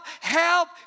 help